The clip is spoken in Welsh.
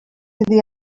iddi